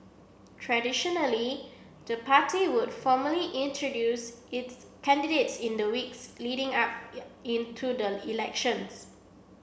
traditionally the party would formally introduce its candidates in the weeks leading up into the elections